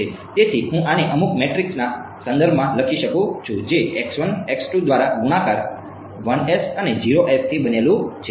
તેથી હું આને અમુક મેટ્રિક્સના સંદર્ભમાં લખી શકું છું જે દ્વારા ગુણાકાર 1s અને 0s થી બનેલું છે